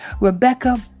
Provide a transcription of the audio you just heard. Rebecca